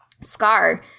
scar